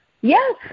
Yes